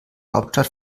hauptstadt